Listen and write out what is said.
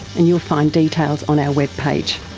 you'll find details on our webpage.